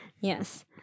Yes